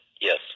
Yes